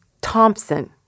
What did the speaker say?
Thompson